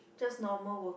just normal walking